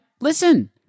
Listen